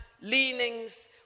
leanings